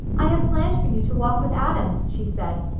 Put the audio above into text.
i have planned for you to walk with adam, she said.